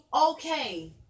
okay